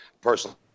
Personally